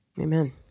Amen